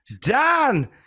dan